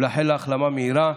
ולאחל לה החלמה מהירה,